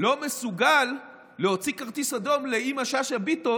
לא מסוגל להוציא כרטיס אדום לאימא שאשא ביטון,